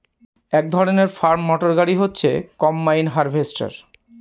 এক ধরনের farm motor গাড়ি হচ্ছে কম্বাইন হার্ভেস্টর